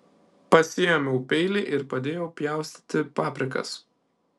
pasiėmiau peilį ir padėjau pjaustyti paprikas